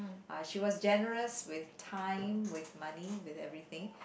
uh she was generous with time with money with everything